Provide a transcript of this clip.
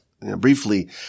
briefly